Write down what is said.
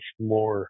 more